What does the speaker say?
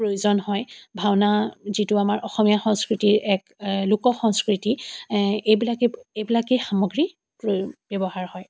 প্ৰয়োজন হয় ভাওনা যিটো আমাৰ অসমীয়া সংস্কৃতিৰ এক লোক সংস্কৃতি এইবিলাকেই এইবিলাকেই সামগ্ৰী প্ৰয়ো ব্যৱহাৰ হয়